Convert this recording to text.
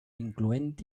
incloent